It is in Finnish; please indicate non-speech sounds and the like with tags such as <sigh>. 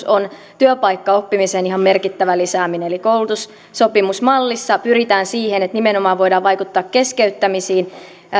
<unintelligible> on työpaikkaoppimisen ihan merkittävä lisääminen eli koulutussopimusmallissa pyritään siihen että nimenomaan voidaan vaikuttaa keskeyttämisiin